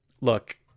Look